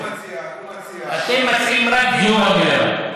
הוא מציע, הוא מציע, אתם מציעים רק דיון במליאה.